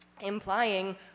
implying